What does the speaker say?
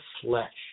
flesh